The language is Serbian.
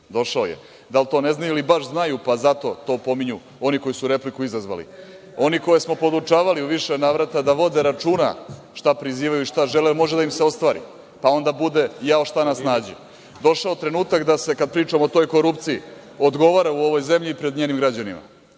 gospodo. Da li to ne znaju, ili baš znaju pa zato to i pominju oni koji su repliku izazvali, oni koje smo podučavali u više navrata da vode računa šta prizivaju i šta žele, jer može da im se ostvari, pa onda bude – jao, šta nas snađe! Došao je trenutak da se, kad pričamo o toj korupciji, odgovara u ovoj zemlji i pred njenim građanima.